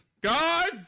guards